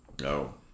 No